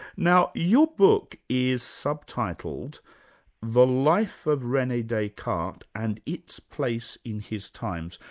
now your book is subtitled the life of rene descartes and its place in his times,